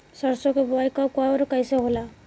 सरसो के बोआई कब और कैसे होला?